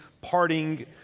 parting